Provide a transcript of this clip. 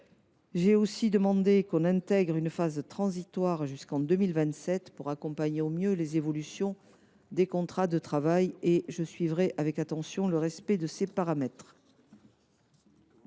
J’ai aussi demandé que l’on intègre une phase transitoire jusqu’en 2027, afin d’accompagner au mieux les évolutions des contrats de travail. Je suivrai avec attention le respect de ces exigences.